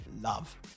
love